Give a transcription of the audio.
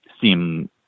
seem